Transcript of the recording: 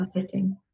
fitting